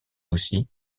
aussi